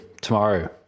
tomorrow